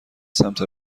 سمت